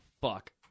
fuck